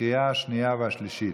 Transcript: לקריאה השנייה והשלישית.